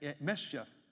mischief